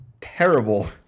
Terrible